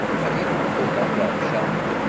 had he not pulled up rather sharply,